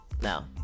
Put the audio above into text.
no